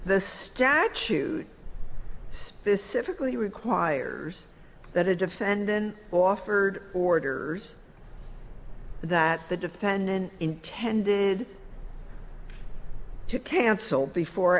the statute specifically requires that a defendant offered orders that the defendant intended to cancel before